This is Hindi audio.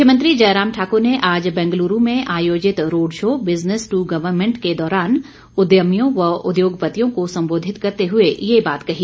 मुख्यमंत्री जयराम ठाकुर ने आज बेंगलुरू में आयोजित road show business to government के दौरान उद्यमियों व उद्योगपतियों को संबोधित करते हुए ये बात कही